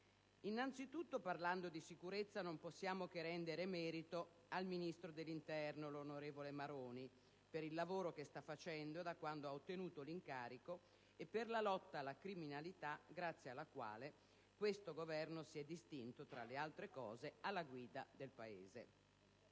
Anzitutto, parlando di sicurezza, non possiamo che rendere merito al ministro dell'interno, onorevole Maroni, per il lavoro che sta facendo da quando ha ottenuto l'incarico e per la lotta alla criminalità, grazie alla quale, tra le altre cose, questo Governo si è distinto alla guida del Paese.